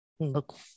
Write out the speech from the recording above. Look